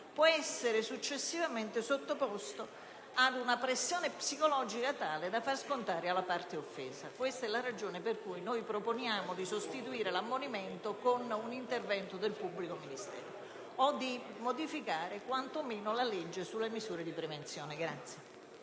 può essere sottoposto ad una pressione psicologica tale da indurlo a farla poi scontare alla parte offesa. Questa è la ragione per cui proponiamo di sostituire l'ammonimento con un intervento del pubblico ministero o di modificare quantomeno la legge sulle misure di prevenzione.